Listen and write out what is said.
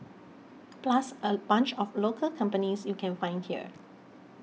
plus a bunch of local companies you can find here